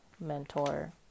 mentor